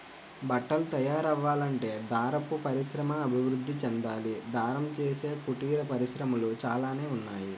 బట్టలు తయారవ్వాలంటే దారపు పరిశ్రమ అభివృద్ధి చెందాలి దారం చేసే కుటీర పరిశ్రమలు చాలానే ఉన్నాయి